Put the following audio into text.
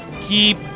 keep